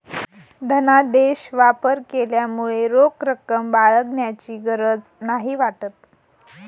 धनादेश वापर केल्यामुळे रोख रक्कम बाळगण्याची गरज नाही वाटत